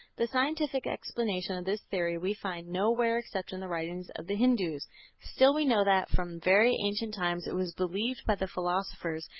the scientific explanation of this theory we find nowhere except in the writings of the hindus still we know that from very ancient times it was believed by the philosophers,